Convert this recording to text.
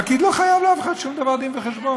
הפקיד לא חייב לאף אחד שום דבר דין וחשבון.